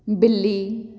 ਬਿੱਲੀ